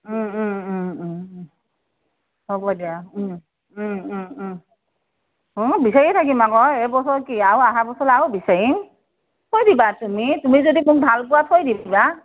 ওম ওম ওম ওম ও হ'ব দিয়া ওম ওম ওম ওম হু বিচাৰিয়ে থাকিম আকৌ এই বছৰ কি আৰু অহা বছৰলৈও আৰু বিচাৰিম থৈ দিবা তুমি তুমি যদি মোক ভালপোৱা থৈ দিবা